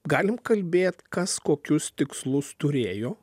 galim kalbėt kas kokius tikslus turėjo